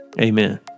amen